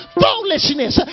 foolishness